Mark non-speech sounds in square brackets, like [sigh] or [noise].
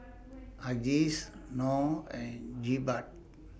Aziz Noh and Jebat [noise]